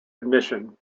admission